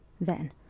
Then